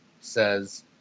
says